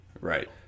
Right